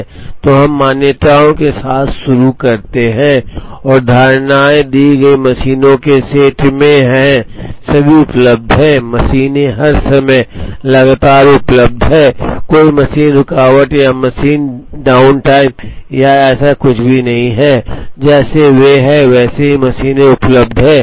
छात्र तो हम मान्यताओं के साथ शुरू करते हैं और ये धारणाएँ दी गई मशीनों के सेट में हैं सभी उपलब्ध हैं मशीनें हर समय लगातार उपलब्ध हैं कोई मशीन रुकावट या मशीन डाउन टाइम या ऐसा कुछ भी नहीं है जैसे वे हैं वैसे ही मशीनें उपलब्ध हैं